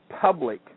public